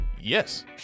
Yes